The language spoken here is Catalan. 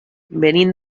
venim